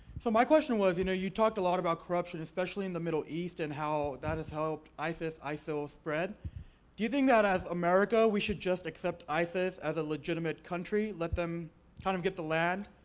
so my question was, you know, you talked a lot about corruption, especially in the middle east and how that has helped isis, isil, ah spread. do you think that as america, we should just accept isis as a legitimate country, let them kind of get the land,